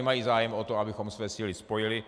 Mají zájem o to, abychom své síly spojili.